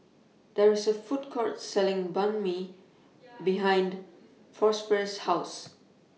There IS A Food Court Selling Banh MI behind Prosper's House